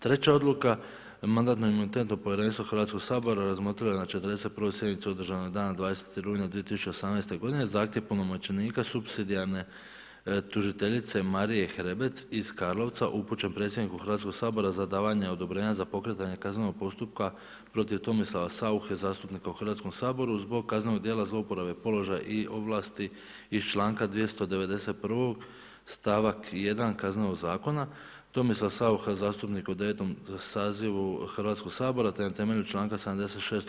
Treća odluka Mandatno-imunitetno povjerenstvo Hrvatskoga sabora razmotrilo je na 41. sjednici održanoj dana 20. rujna 2018. godine zahtjev punomoćenika supsidijarne tužiteljice Marije Hrebac iz Karlovca upućen predsjedniku Hrvatskoga sabora za davanje odobrenja za pokretanje kaznenog postupka protiv Tomislava Sauche zastupnika u Hrvatskom saboru zbog kaznenog djela zlouporabe položaja i ovlasti iz članka 291. stavak 1. Kaznenog zakona, Tomislav Saucha zastupnik u 9. sazivu Hrvatskoga sabora te na temelju članka 76.